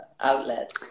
outlet